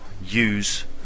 use